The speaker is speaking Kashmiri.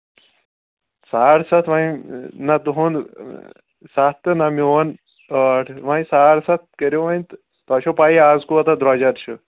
ساڑٕ سَتھ وۄنۍ نہ تُہُنٛد سَتھ تہٕ نہ میون ٲٹھ وۄنۍ ساڑٕ سَتھ کٔرِو وۄنۍ تہٕ تۄہہِ چھو پَای آز کوٗتاہ درٛوجَر چھُ